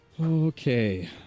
Okay